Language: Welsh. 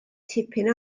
tipyn